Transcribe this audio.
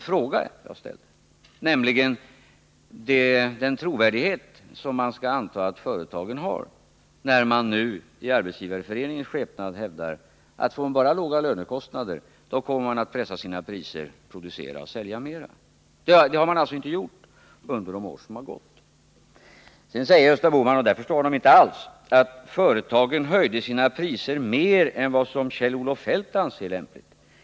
Frågan gällde ju den trovärdighet som vi skall anta att företagen har, när man nu i Arbetsgivareföreningens skepnad hävdar att får man bara låga lönekostnader kommer man att pressa sina priser samt producera och sälja mera. Det har man alltså inte gjort under de år som gått. Sedan säger Gösta Bohman — och där förstår jag honom inte alls — att företagen höjde sina priser mer än vad Kjell-Olof Feldt anser lämpligt.